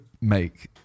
make